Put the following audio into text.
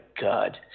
God